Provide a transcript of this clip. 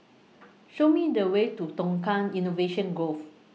Show Me The Way to Tukang Innovation Grove